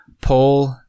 Paul